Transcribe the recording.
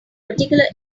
particular